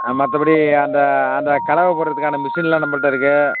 மற்றபடி அந்த அந்தக் கலவை போடுகிறதுக்கான மிஷின்லாம் நம்மள்கிட்ட இருக்குது